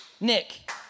Nick